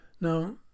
Now